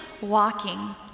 walking